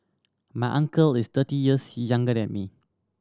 my uncle is thirty years younger than me